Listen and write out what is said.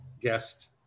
guest